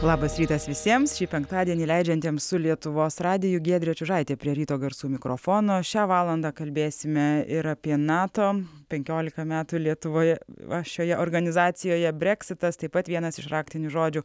labas rytas visiems šį penktadienį leidžiantiems su lietuvos radiju giedrė čiužaitė prie ryto garsų mikrofono šią valandą kalbėsime ir apie nato penkiolika metų lietuvoje va šioje organizacijoje breksitas taip pat vienas iš raktinių žodžių